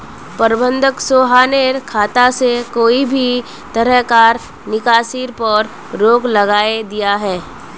प्रबंधक सोहानेर खाता से कोए भी तरह्कार निकासीर पोर रोक लगायें दियाहा